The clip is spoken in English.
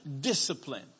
discipline